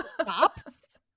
stops